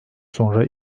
sonra